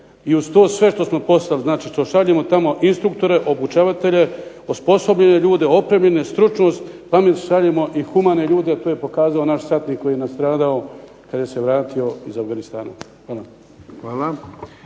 I uz to sve što smo poslali, znači što šaljemo tamo i instruktore, obučavatelje, osposobljene ljude, opremljene, stručnost, tamo šaljemo i humane ljude, a to je pokazao i naš satnik koji je nastradao kada se vratio iz Afganistana.